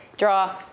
Draw